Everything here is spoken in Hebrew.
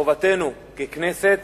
וחובתנו ככנסת